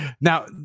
now